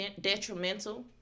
detrimental